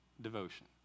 devotion